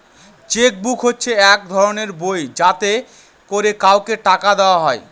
check book হচ্ছে এক ধরনের বই যাতে করে কাউকে টাকা দেওয়া হয়